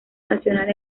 nacional